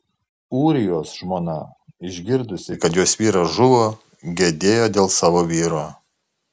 ūrijos žmona išgirdusi kad jos vyras žuvo gedėjo dėl savo vyro